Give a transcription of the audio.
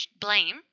blame